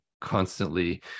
constantly